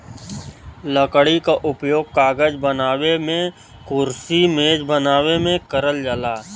लकड़ी क उपयोग कागज बनावे मेंकुरसी मेज बनावे में करल जाला